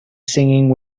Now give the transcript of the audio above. singing